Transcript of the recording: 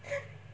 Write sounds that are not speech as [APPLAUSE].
[LAUGHS]